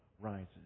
rises